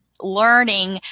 learning